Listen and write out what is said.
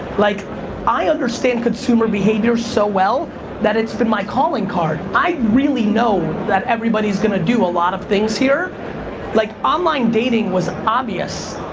like i understand consumer behavior so well that it's been my calling card. i really know that everybody's gonna do a lot of things here like online dating was obvious.